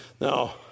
Now